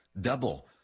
Double